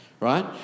right